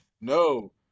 no